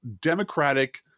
democratic